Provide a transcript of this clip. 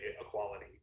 equality